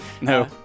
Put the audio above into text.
no